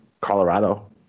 Colorado